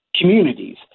communities